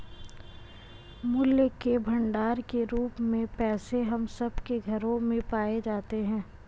मूल्य के भंडार के रूप में पैसे हम सब के घरों में पाए जाते हैं